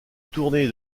tournée